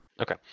Okay